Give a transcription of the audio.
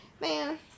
man